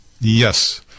yes